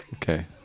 Okay